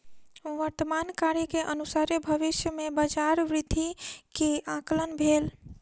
वर्तमान कार्य के अनुसारे भविष्य में बजार वृद्धि के आंकलन भेल